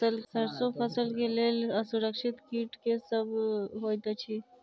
सैरसो फसल केँ लेल असुरक्षित कीट केँ सब होइत अछि?